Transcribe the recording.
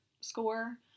score